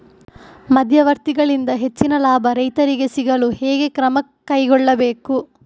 ಮಧ್ಯವರ್ತಿಗಳಿಂದ ಹೆಚ್ಚಿನ ಲಾಭ ರೈತರಿಗೆ ಸಿಗಲು ಹೇಗೆ ಕ್ರಮ ಕೈಗೊಳ್ಳಬೇಕು?